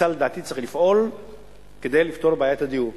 כיצד לדעתי צריך לפעול כדי לפתור את בעיית הדיור.